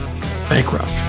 Bankrupt